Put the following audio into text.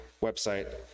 website